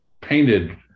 painted